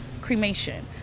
cremation